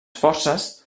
forces